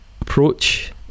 approach